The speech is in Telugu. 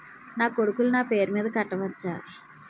నా కొడుకులు నా పేరి మీద కట్ట వచ్చా?